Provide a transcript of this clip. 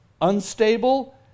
unstable